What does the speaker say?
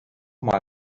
mal